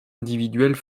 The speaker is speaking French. individuelles